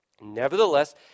Nevertheless